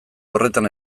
horretan